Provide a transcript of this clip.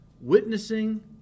witnessing